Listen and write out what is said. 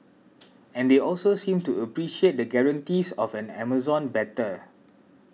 and they also seemed to appreciate the guarantees of an Amazon better